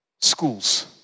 Schools